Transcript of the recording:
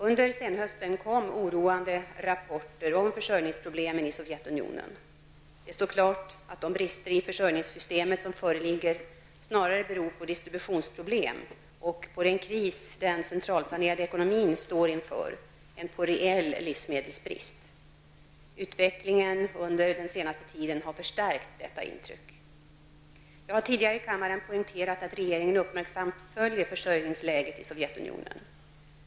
Under senhösten kom oroande rapporter om försörjningsproblem i Sovjetunionen. Det står klart att de brister i försörjningssystemet som föreligger snarare beror på distributionsproblem och på den kris den centralplanerade ekonomin står inför än på reell livsmedelsbrist. Utvecklingen under den senaste tiden har förstärkt detta intryck. Jag har tidigare i kammaren poängterat att regeringen uppmärksamt följer försörjningsläget i Sovjetunionen.